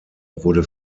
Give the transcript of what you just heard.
wurde